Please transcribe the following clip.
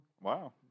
Wow